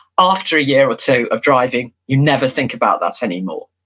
after a year or two of driving, you never think about that anymore.